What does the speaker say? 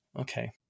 Okay